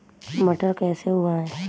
मटर कैसे उगाएं?